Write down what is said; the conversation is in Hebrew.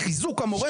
לחיזוק המורשת.